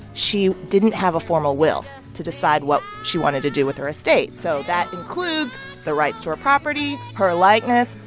she didn't have a formal will to decide what she wanted to do with her estate. so that includes the rights to her property, her likeness,